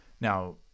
now